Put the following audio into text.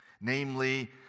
namely